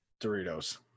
Doritos